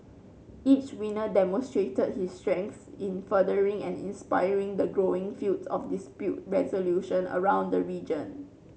each winner demonstrated his strengths in furthering and inspiring the growing field of dispute resolution around the region